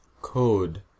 code